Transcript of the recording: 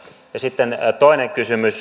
ja sitten toinen kysymys